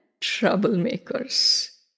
troublemakers